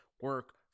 Work